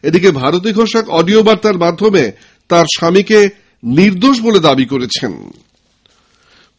এদিকে ভারতী ঘোষ এক অডিও বার্তার মাধ্যমে তার স্বামীকে নির্দোষ বলে দাবী করেছে